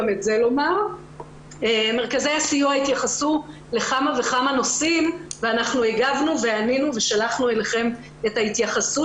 משרד הרווחה פיתח בארבע השנים האחרונות את תחום הטיפול בפגיעות